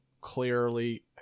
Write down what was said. clearly